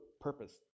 purpose